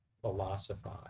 philosophize